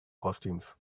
costumes